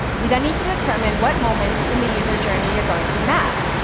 you then need to determine what moments in the user journey you're going to map.